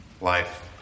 life